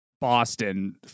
Boston